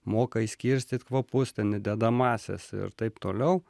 moka išskirstyt kvapus ten į dedamąsias ir taip toliau